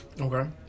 Okay